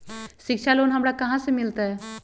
शिक्षा लोन हमरा कहाँ से मिलतै?